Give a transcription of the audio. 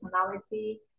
personality